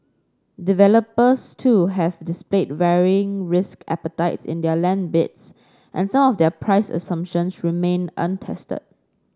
developers too have displayed varying risk appetites in their land bids and some of their price assumptions remain untested